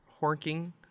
horking